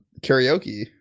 karaoke